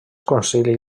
concili